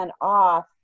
off